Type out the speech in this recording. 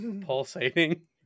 pulsating